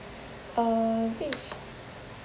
uh fish